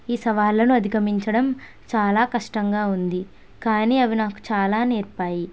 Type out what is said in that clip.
ఈ సవాళ్లను అధిగమించడం చాలా కష్టంగా ఉంది కానీ అవి నాకు చాలా నేర్పాయి